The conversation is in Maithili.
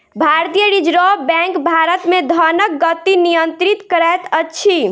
भारतीय रिज़र्व बैंक भारत मे धनक गति नियंत्रित करैत अछि